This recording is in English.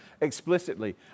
explicitly